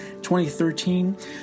2013